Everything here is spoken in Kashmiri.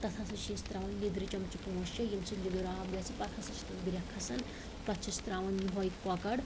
تتھ ہَسا چھِ أسۍ ترٛاوان لِدرِ چَمچہِ پانٛژھ شےٚ ییٚمہِ سۭتۍ لیٛودُر آب گَژھہِ پَتہٕ ہَسا چھِ تتھ گرٛیٚکھ کھَسان پَتہٕ چھِس ترٛاوان یہوے کۄکَر